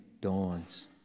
dawns